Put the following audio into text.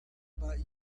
about